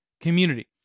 community